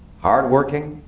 hardworking,